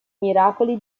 miracoli